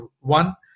one